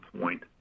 point